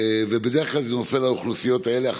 בדרך כלל זה נופל על האוכלוסיות האלה,